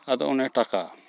ᱟᱫᱚ ᱚᱱᱮ ᱴᱟᱠᱟ